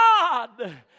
God